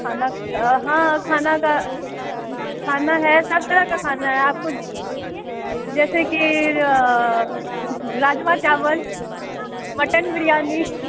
खाना हँ खाना के खाना है सब तरह का खाना है आपको जो जैसे कि राजमा चावल मटन बिरियानी